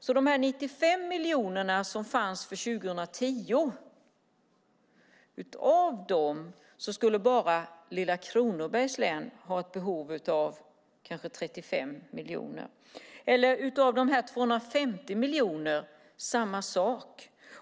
Av de 95 miljonerna som fanns för 2010 skulle bara lilla Kronobergs län ha ett behov av kanske 35 miljoner, samma sak när det gäller de 250 miljonerna.